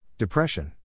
Depression